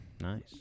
nice